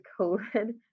COVID